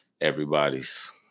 everybody's